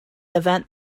event